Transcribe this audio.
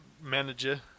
Manager